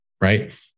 right